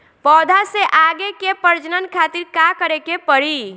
पौधा से आगे के प्रजनन खातिर का करे के पड़ी?